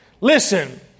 Listen